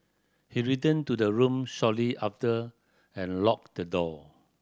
he returned to the room shortly after and locked the door